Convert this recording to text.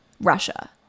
Russia